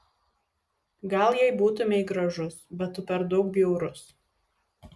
gal jei būtumei gražus bet tu per daug bjaurus